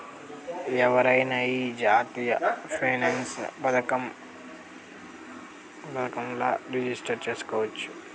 ఎవరైనా ఈ జాతీయ పెన్సన్ పదకంల రిజిస్టర్ చేసుకోవచ్చట